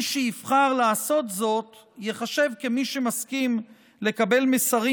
מי שיבחר לעשות זאת ייחשב כמי שמסכים לקבל מסרים